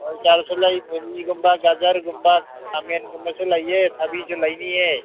ꯍꯋꯥꯏ ꯖꯥꯔꯁꯨ ꯂꯩ ꯃꯨꯂꯤꯒꯨꯝꯕ ꯒꯥꯖꯔꯒꯨꯝꯕ ꯈꯥꯃꯦꯟꯒꯨꯝꯕꯁꯨ ꯂꯩꯌꯦ ꯊꯕꯤꯁꯨ ꯂꯩꯅꯤꯌꯦ